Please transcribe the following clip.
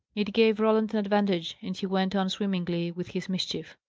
it gave roland an advantage, and he went on swimmingly with his mischief.